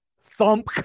thump